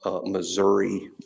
Missouri